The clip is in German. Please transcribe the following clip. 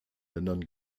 ländern